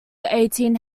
eighteen